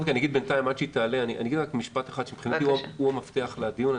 עד שהיא תעלה אני אומר משפט אחד שמבחינתי הוא גם המפתח לדיון.